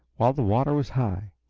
while the water was high.